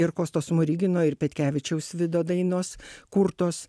ir kosto smorigino ir petkevičiaus vido dainos kurtos